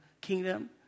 kingdom